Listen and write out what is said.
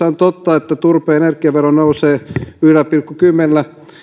on totta että tässä hallituksen esityksessä turpeen energiavero nousee yhdellä pilkku kymmenellä